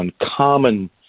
uncommon